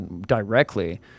directly